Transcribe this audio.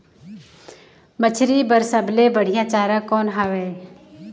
मछरी बर सबले बढ़िया चारा कौन हवय?